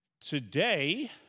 Today